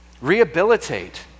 Rehabilitate